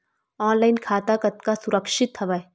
Online खाता कतका सुरक्षित हवय?